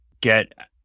get